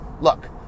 look